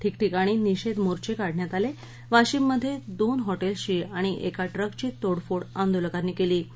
ठिकठिकाणी निषधीमोर्चे काढण्यात आल विशिममध्यविन हॉटक्सिची आणि एका ट्रकची तोडफोड आंदोलकांनी क्वीं